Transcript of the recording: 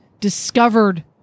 discovered